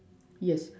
yes